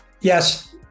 yes